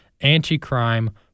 anti-crime